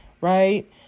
Right